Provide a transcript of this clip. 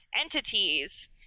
entities